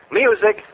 music